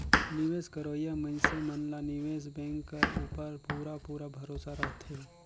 निवेस करोइया मइनसे मन ला निवेस बेंक कर उपर पूरा पूरा भरोसा रहथे